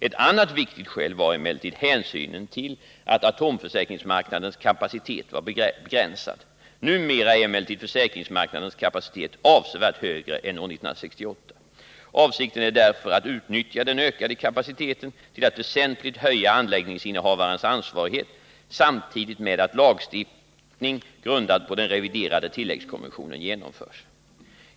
Ett annat viktigt skäl var emellertid hänsynen till att atomförsäkringsmarknadens kapacitet var begränsad. Numera är emellertid försäkringsmarknadens kapacitet avsevärt högre än år 1968. Avsikten är därför att utnyttja den ökade kapaciteten till att väsentligt höja anläggningsinnehavarens ansvarighet samtidigt med att lagstiftning grundad på den reviderade tilläggskonventionen genomförs.